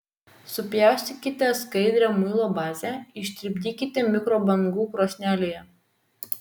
supjaustykite skaidrią muilo bazę ištirpdykite mikrobangų krosnelėje